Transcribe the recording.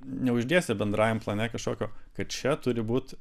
neuždėsi bendrajam plane kažkokio kad čia turi būt